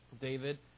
David